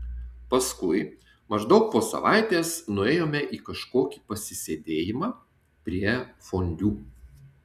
paskui maždaug po savaitės nuėjome į kažkokį pasisėdėjimą prie fondiu